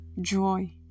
joy